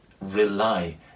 rely